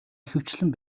ихэвчлэн